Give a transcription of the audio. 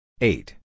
Eight